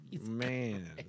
man